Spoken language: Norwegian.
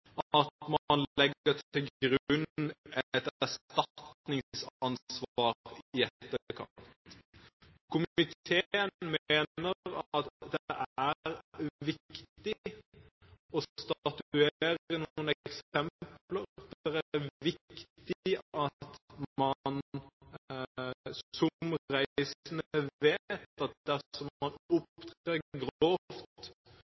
at man ved grov uansvarlighet, eller for den saks skyld av allmennpreventive hensyn, legger til grunn et erstatningsansvar i etterkant. Komiteen mener det er viktig å statuere noen eksempler. Det er viktig at man som reisende vet at dersom man